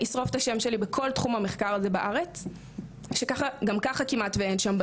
ישרוף את השם שלי בכל תחום המחקר הזה בארץ שגם ככה אין שם כמעט בנות.